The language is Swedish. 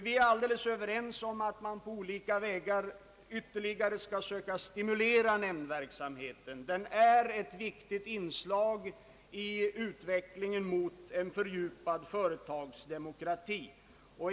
Vi är alldeles överens om att man på olika vägar ytterligare skall söka stimulera nämndverksamheten. Den är ett viktigt inslag i utvecklingen mot en fördjupad företagsdemokrati.